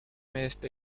meest